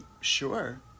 Sure